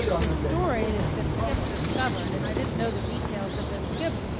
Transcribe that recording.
the story that that skip discovered, and i didn't know the details of this skip,